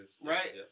Right